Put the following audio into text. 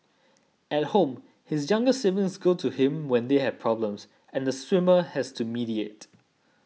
at home his younger siblings go to him when they have problems and the swimmer has to mediate